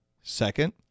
Second